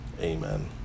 Amen